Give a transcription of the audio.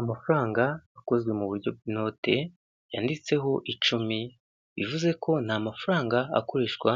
Amafaranga akozwe mu buryo bw'inote yanditseho icumi ivuze ko ni mafaranga akoreshwa